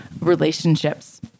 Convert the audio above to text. relationships